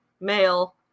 male